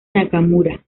nakamura